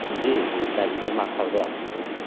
जी जी साइकिल हमरा खरीदैके छै